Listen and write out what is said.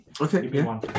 okay